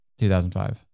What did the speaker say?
2005